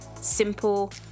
simple